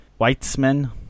weitzman